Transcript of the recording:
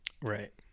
Right